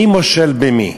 מי מושל במי: